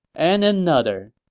and another.